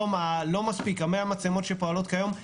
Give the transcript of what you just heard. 100 המצלמות שפועלות היום לא מספיקות.